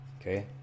Okay